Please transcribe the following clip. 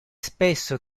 spesso